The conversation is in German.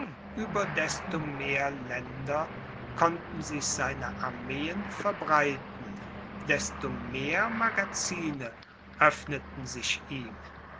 über desto mehr länder konnten sich seine armeen verbreiten desto mehr magazine öffneten sich ihm